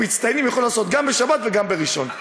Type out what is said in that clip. המצטיינים יוכלו לעשות גם בשבת וגם בראשון.